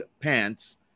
pants